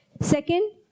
second